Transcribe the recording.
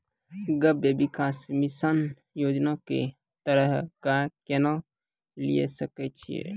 गव्य विकास मिसन योजना के तहत गाय केना लिये सकय छियै?